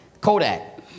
kodak